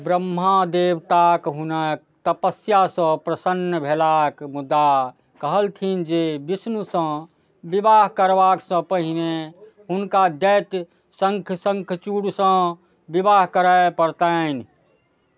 ब्रह्मा देवता हुनक तपस्यासँ प्रसन्न भेलाह मुदा कहलथिन जे विष्णुसँ विवाह करबासँ पहिने हुनका दैत्य शङ्खचूड़सँ विवाह करय पड़तनि